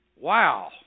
Wow